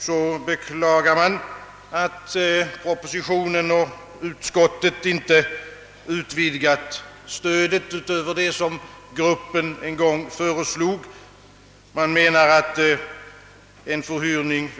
Jag beklagar, att departementschefen och utskottet inte vidgat stödet utöver vad arbetsgruppen en gång föreslog.